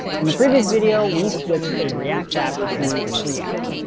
and the previous video, we switched a react app to preact,